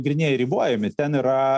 grynieji ribojami ten yra